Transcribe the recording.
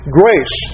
grace